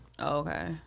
okay